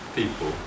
people